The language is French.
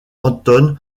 anton